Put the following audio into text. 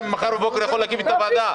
מחר בבוקר ניתן להקים ועדה.